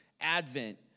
Advent